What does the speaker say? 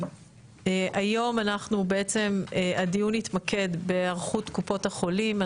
היום בעצם הדיון יתמקד בהיערכות קופות החולים.